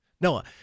Noah